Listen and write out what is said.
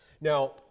Now